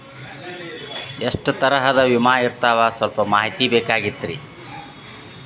ಎಷ್ಟ ತರಹದ ವಿಮಾ ಇರ್ತಾವ ಸಲ್ಪ ಮಾಹಿತಿ ಬೇಕಾಗಿತ್ರಿ